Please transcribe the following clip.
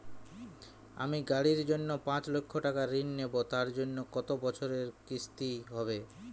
আমি গাড়ির জন্য পাঁচ লক্ষ টাকা ঋণ নেবো তার জন্য কতো বছরের কিস্তি হবে?